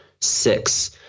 six